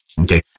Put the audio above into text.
Okay